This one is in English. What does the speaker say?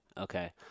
okay